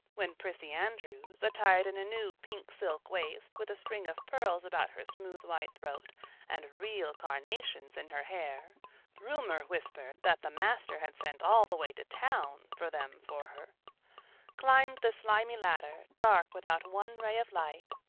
when prissy andrews, attired in a new pink-silk waist with a string of pearls about her smooth white throat and real carnations in her hair rumor whispered that the master had sent all the way to town for them for her climbed the slimy ladder, dark without one ray of light,